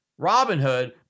Robinhood